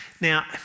Now